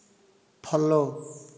follow